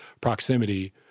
proximity